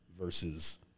versus